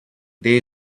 there